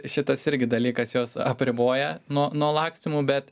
šitas irgi dalykas juos apriboja nuo nuo lakstymų bet